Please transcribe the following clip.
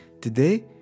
Today